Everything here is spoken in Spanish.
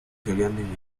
serían